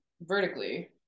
vertically